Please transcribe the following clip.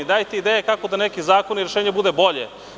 Dajte ideje kako da neki zakoni i rešenja budu bolja.